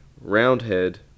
Roundhead